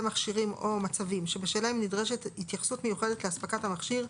מכשירים או מצבים שבשלהם נדרשת התייחסות מיוחדת לאספקת המכשיר,